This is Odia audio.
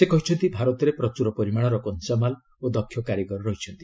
ସେ କହିଛନ୍ତି ଭାରତରେ ପ୍ରଚୁର ପରିମାଣର କଞ୍ଚାମାଲ ଓ ଦକ୍ଷ କାରିଗର ରହିଛନ୍ତି